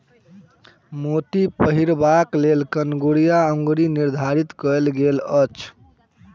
मोती पहिरबाक लेल कंगुरिया अंगुरी निर्धारित कयल गेल अछि